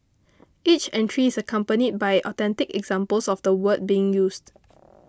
each entry is accompanied by authentic examples of the word being used